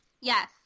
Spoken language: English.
Yes